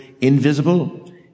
invisible